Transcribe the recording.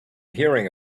hearing